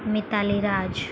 Mitali Raj